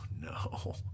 no